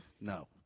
No